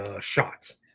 shots